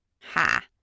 Ha